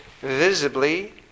visibly